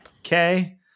okay